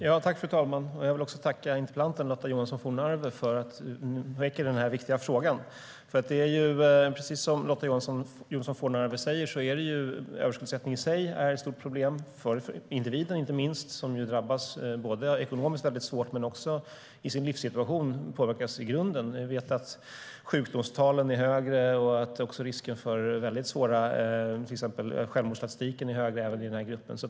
Fru talman! Jag vill tacka interpellanten Lotta Johnsson Fornarve för att hon väcker den här viktiga frågan. Precis som Lotta Johnsson Fornarve säger är överskuldsättning i sig ett stort problem, inte minst för individen, som drabbas svårt ekonomiskt men också påverkas i grunden i sin livssituation. Vi vet att sjukdomstalen är högre och till exempel också att självmordssiffrorna är högre i den här gruppen.